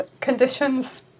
conditions